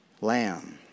lamb